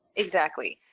exactly.